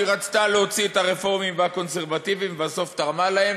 שהיא רצתה להוציא את הרפורמים והקונסרבטיבים ובסוף תרמה להם,